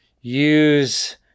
use